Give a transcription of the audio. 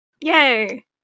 Yay